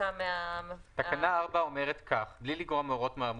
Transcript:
שיש לנו יכולת גבוהה הרבה יותר לעשות חקירה אפידמיולוגית,